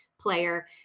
player